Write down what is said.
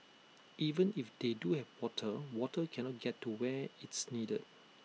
even if they do have water water cannot get to where it's needed